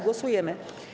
Głosujemy.